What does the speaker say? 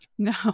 No